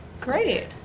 Great